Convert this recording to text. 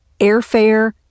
airfare